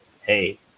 Hey